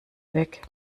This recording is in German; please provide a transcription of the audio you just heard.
weg